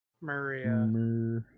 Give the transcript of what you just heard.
Maria